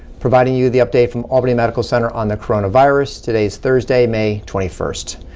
providing you the update from albany medical center on the coronavirus. today's thursday, may twenty first.